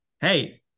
Hey